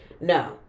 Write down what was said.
No